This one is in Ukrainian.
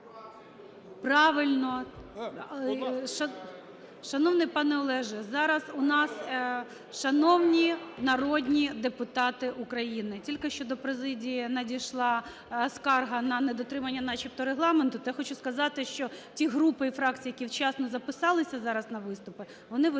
Правильно. Шановний пане Олегу, зараз у нас… Шановні народні депутати України, тільки що до президії надійшла скарга на недотримання начебто Регламенту, то я хочу сказати, що ті групи і фракції, які вчасно записалися зараз на виступи, вони виступають